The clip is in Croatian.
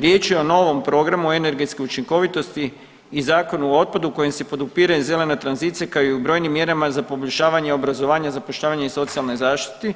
Riječ je o novom programu energetske učinkovitosti i Zakonu o otpadu kojim se podupire zelena tranzicija, kao i u brojnim mjerama za poboljšavanje obrazovanja, zapošljavanja i socijalnoj zaštiti,